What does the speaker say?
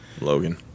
Logan